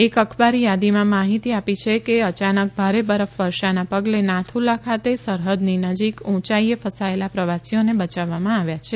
એક અખબારી યાદીમાં માહિતી આપી છે કે અચાનક ભારે બરફવર્ષાના પગલે નાથુ લા ખાતે સરહદની નજીક ઉંચાઈએ ફસાયેલા પ્રવાસીઓને બચાવવામાં આવ્યા છે